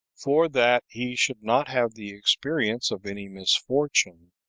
for that he should not have the experience of any misfortune,